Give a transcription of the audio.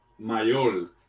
Mayol